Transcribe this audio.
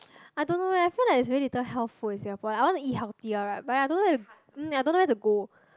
I don't know I feel like there's very little health food in Singapore I wanna eat healthier right but I dunn~ mm I don't know where to go